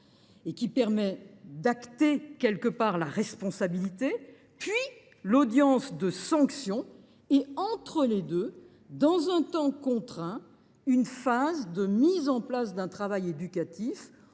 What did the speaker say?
et qui permet d’acter la responsabilité, puis l’audience de sanction. Entre les deux, dans un temps contraint, a lieu une phase de mise en œuvre d’un travail éducatif,